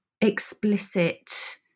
explicit